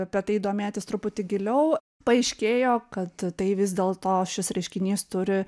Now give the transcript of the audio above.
apie tai domėtis truputį giliau paaiškėjo kad tai vis dėlto šis reiškinys turi